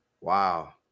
Wow